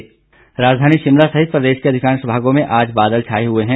मौसम राजधानी शिमला सहित प्रदेश के अधिकांश भागों में आज बादल छाये हुए हैं